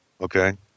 Okay